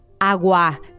Agua